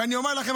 ואני אומר לכם,